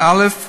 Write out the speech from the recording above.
א.